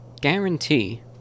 Guarantee